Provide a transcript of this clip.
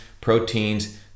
Proteins